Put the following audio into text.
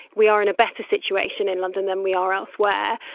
we are in a better situation in london than we are elsewhere.